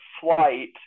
flight